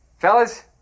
Fellas